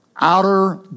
outer